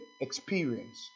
experience